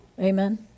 amen